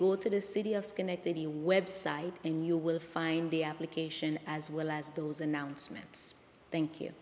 go to the city of schenectady website and you will find the application as well as those announcements thank you